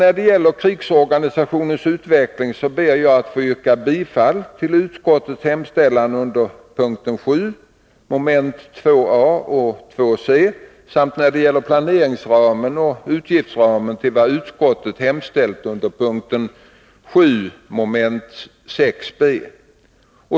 När det gäller krigsorganisationens utveckling ber jag att få yrka bifall till utskottets hemställan under punkt 7, mom. 2 a och 2 c, samt när det gäller planeringsramen och utgiftsramen till vad utskottet hemställt under punkt 7 mom. 6b.